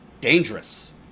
dangerous